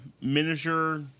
miniature